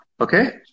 Okay